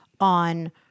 on